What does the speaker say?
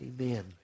amen